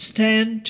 Stand